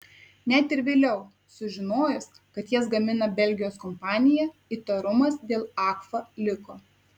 net ir vėliau sužinojus kad jas gamina belgijos kompanija įtarumas dėl agfa liko